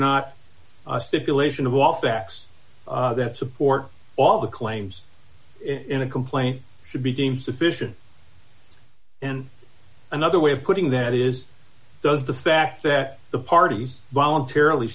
not a stipulation of all facts that support all the claims in a complaint should be deemed sufficient and another way of putting that is does the fact that the parties voluntarily